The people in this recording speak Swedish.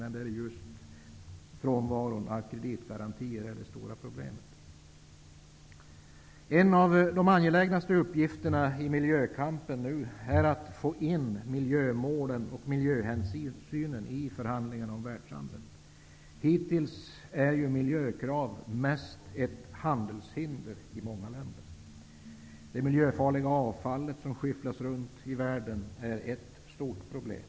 Men just frånvaron av kreditgarantier är det stora problemet. En av de angelägnaste uppgifterna i miljökampen är att få med miljömålen och miljöhänsynen i förhandlingarna om världshandeln. Än så länge är ju miljökraven i många länder mest ett handelshinder. Det miljöfarliga avfall som skyfflas runt i världen är ett stort problem.